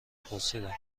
پرسیدم